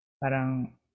parang